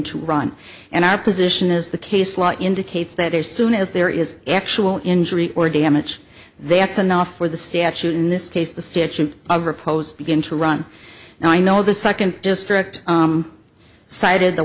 to run and our position is the case law indicates that as soon as there is actual injury or damage they x enough for the statute in this case the statute of repose begin to run and i know the second district cited the